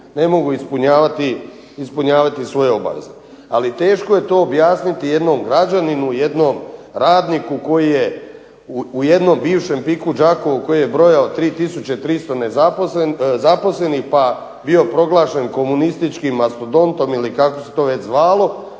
ne mogu ispunjavati svoje obaveze. Ali teško je to objasniti jednom građaninu, jednom radniku koji je u jednom bivšem PIK-u Đakovo koji je brojao 3300 zaposlenih pa bio proglašen komunističkim mastodontom ili kako se to već zvalo